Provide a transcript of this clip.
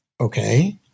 Okay